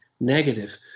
negative